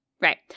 Right